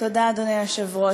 אדוני היושב-ראש,